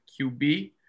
QB